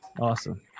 Awesome